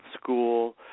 school